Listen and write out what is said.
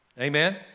Amen